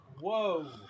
Whoa